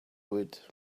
would